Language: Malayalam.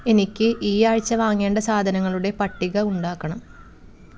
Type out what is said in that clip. എനിക്ക് ഈ ആഴ്ച വാങ്ങേണ്ട സാധനങ്ങളുടെ പട്ടിക ഉണ്ടാക്കണം